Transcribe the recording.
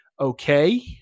okay